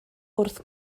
wrth